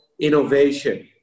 innovation